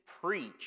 preach